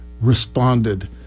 responded